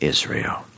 Israel